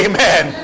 Amen